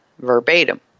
verbatim